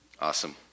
awesome